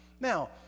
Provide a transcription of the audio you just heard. now